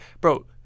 Bro